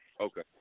Okay